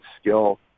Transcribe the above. skill